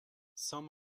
some